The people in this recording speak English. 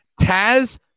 taz